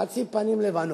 חצי פנים לבנות.